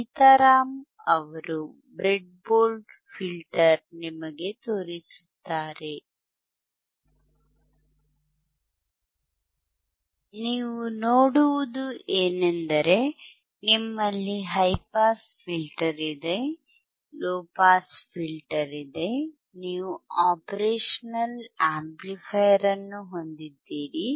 ಸೀತಾರಾಮ್ ಅವರು ಬ್ರೆಡ್ಬೋರ್ಡ್ನಲ್ಲಿ ಫಿಲ್ಟರ್ ನಿಮಗೆ ತೋರಿಸುತ್ತಾರೆ ನೀವು ನೋಡುವುದೇನೆಂದರೆ ನಿಮ್ಮಲ್ಲಿ ಹೈ ಪಾಸ್ ಫಿಲ್ಟರ್ ಇದೆ ಲೊ ಪಾಸ್ ಫಿಲ್ಟರ್ ಇದೆ ನೀವು ಆಪರೇಷನಲ್ ಆಂಪ್ಲಿಫೈಯರ್ ಅನ್ನು ಹೊಂದಿದ್ದೀರಿ